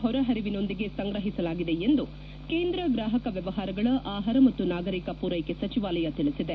ಹೊರ ಹರಿವಿನೊಂದಿಗೆ ಸಂಗ್ರಹಿಸಲಾಗಿದೆ ಎಂದು ಕೇಂದ್ರ ಗ್ರಾಹಕ ವ್ಣವಹಾರಗಳ ಆಹಾರ ಮತ್ತು ನಾಗರಿಕ ಪೂರೈಕೆ ಸಚಿವಾಲಯ ತಿಳಿಸಿದೆ